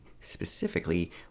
specifically